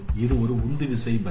இது ஒரு உந்துவிசை பதில்